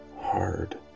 hard